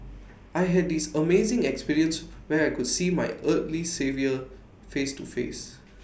I had this amazing experience where I could see my earthly saviour face to face